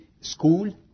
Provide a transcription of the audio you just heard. school